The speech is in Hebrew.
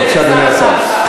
בבקשה, אדוני השר.